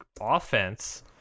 offense